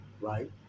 right